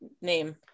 name